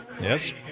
yes